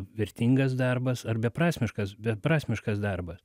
vertingas darbas ar beprasmiškas beprasmiškas darbas